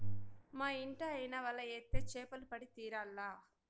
మా ఇంటాయన వల ఏత్తే చేపలు పడి తీరాల్ల